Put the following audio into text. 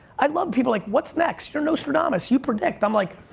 i love people like, what's next, you're nostradamus, you predict. i'm like,